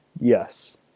yes